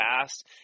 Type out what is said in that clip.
past